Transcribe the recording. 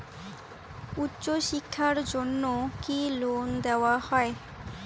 উচ্চশিক্ষার জন্য কি লোন দেওয়া হয়?